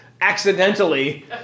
accidentally